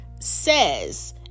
says